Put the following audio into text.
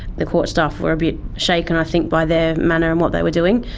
the court staff were a bit shaken i think by their manner and what they were doing.